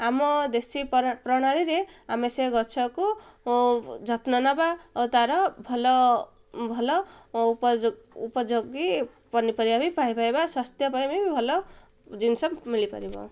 ଆମ ଦେଶୀ ପ୍ରଣାଳୀରେ ଆମେ ସେ ଗଛକୁ ଯତ୍ନ ନବା ଓ ତା'ର ଭଲ ଭଲ ଉପଯୋଗୀ ପନିପରିବା ବି ପାଇପାରବା ସ୍ୱାସ୍ଥ୍ୟ ପାଇଁ ବି ଭଲ ଜିନିଷ ମିଳିପାରିବ